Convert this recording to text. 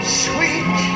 sweet